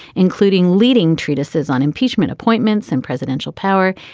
including leading treatises on impeachment appointments and presidential power.